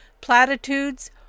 platitudes